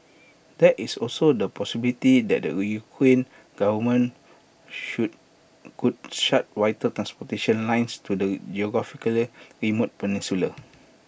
there is also the possibility that the Ukrainian government should could shut vital transportation lines to the geographically remote peninsula